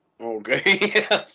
Okay